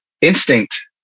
instinct